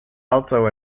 also